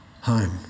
home